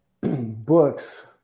books